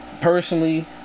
personally